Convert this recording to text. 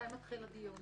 מתי מתחיל הדיון?